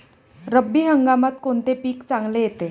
रब्बी हंगामात कोणते पीक चांगले येते?